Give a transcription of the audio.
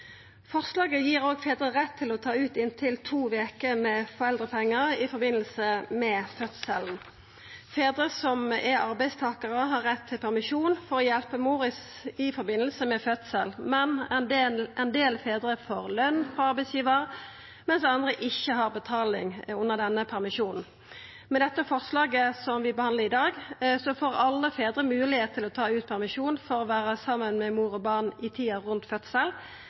Forslaget gir òg fedrar rett til å ta ut inntil to veker med foreldrepengar i forbindelse med fødselen. Fedrar som er arbeidstakarar, har rett til permisjon for å hjelpa mor i forbindelse med fødsel, men ein del fedrar får lønn frå arbeidsgivaren, medan andre ikkje får betalt under denne permisjonen. Med det forslaget vi behandlar i dag, får alle fedrar mogelegheit til å ta ut permisjon for å vera saman med mor og barn i tida rundt fødsel.